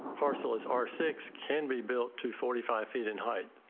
parcels are six can be built to forty five feet in height.